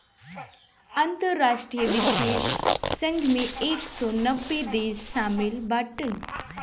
अंतरराष्ट्रीय वित्तीय संघ मे एक सौ नब्बे देस शामिल बाटन